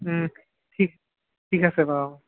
ঠিক ঠিক আছে বাৰু